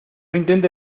intente